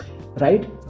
right